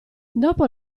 dopo